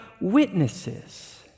witnesses